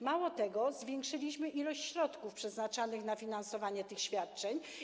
Mało tego, zwiększyliśmy ilość środków przeznaczanych na finansowanie tych świadczeń.